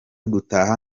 gutaha